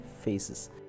faces